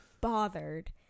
bothered